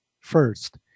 first